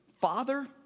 Father